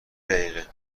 دقیقه